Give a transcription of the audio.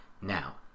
Now